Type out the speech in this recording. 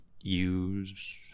use